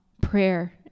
Prayer